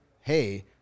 Hey